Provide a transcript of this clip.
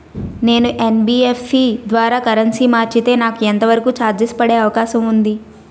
నేను యన్.బి.ఎఫ్.సి ద్వారా కరెన్సీ మార్చితే నాకు ఎంత వరకు చార్జెస్ పడే అవకాశం ఉంది?